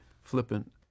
flippant